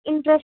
interest